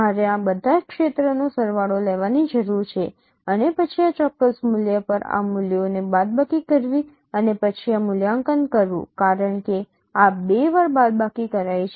મારે આ બધા ક્ષેત્રનો સરવાળો લેવાની જરૂર છે અને પછી આ ચોક્કસ મૂલ્ય પર આ મૂલ્યોને બાદબાકી કરવી અને પછી આ મૂલ્યાંકન કરવું કારણ કે આ બે વાર બાદબાકી કરાઈ છે